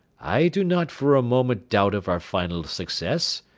i do not for a moment doubt of our final success,